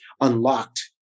unlocked